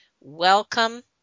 Welcome